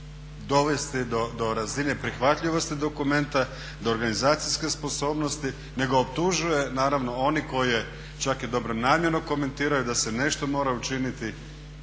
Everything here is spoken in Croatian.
dovesti do razine prihvatljivosti dokumenta, do organizacijske sposobnosti nego optužuje naravno one koji čak i dobronamjerno komentiraju da se nešto mora učiniti,